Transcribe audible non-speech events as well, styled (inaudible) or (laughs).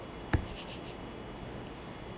(laughs)